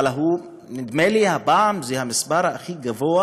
אבל נדמה לי שהפעם זה המספר הכי גבוה